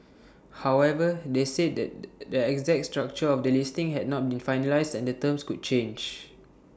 however they said the the exact structure of the listing had not been finalised and the terms could change